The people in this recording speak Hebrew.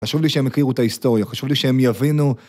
חשוב לי שהם יכירו את ההיסטוריה, חשוב לי שהם יבינו.